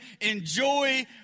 enjoy